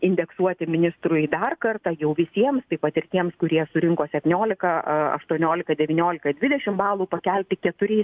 indeksuoti ministrui dar kartą jau visiems taip pat ir tiems kurie surinko septyniolika aštuoniolika devyniolika dvidešim balų pakelti keturiais